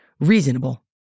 reasonable